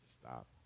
Stop